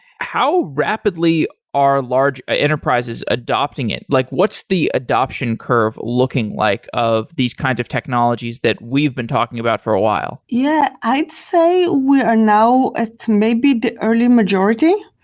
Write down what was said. how rapidly are large ah enterprises adopting it? like what's what's the adoption curve looking like of these kinds of technologies that we've been talking about for a while? yeah. i'd say we are now at maybe the early majority.